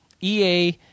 EA